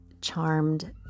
charmed